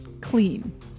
clean